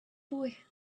boy